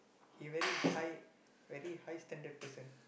he very high very high standard person